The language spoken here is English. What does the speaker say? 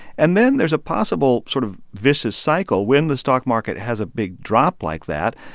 and then there's a possible sort of vicious cycle. when the stock market has a big drop like that,